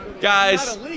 Guys